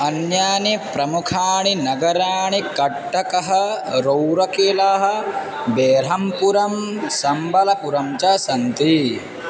अन्यानि प्रमुखाणि नगराणि कट्टकः रौरकेलाः बेर्हम्पुरं सम्बलपुरं च सन्ति